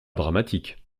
dramatique